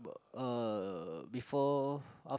uh before af~